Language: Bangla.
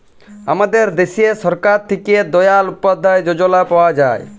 আমাদের দ্যাশে সরকার থ্যাকে দয়াল উপাদ্ধায় যজলা পাওয়া যায়